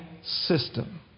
system